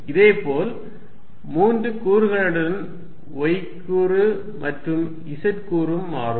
இதேபோல் மூன்று கூறுகளுடன் y கூறு மாறும் z கூறும் மாறும்